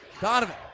Donovan